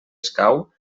escau